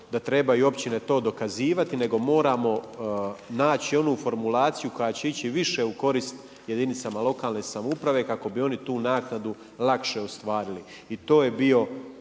da trebaju općine to dokazivati, nego moramo naći onu formulaciju koja će ići više u korist jedinicama lokalne samouprave kako bi onu tu naknadu lakše ostvarili. I to je bio